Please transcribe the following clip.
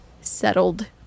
settled